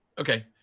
Okay